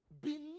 believe